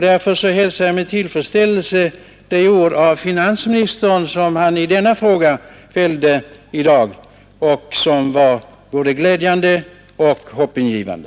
Därför hälsar jag med tillfredsställelse de ord som finansministern fällde i denna fråga i dag och som var både glädjande och hoppingivande.